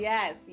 Yes